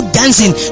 dancing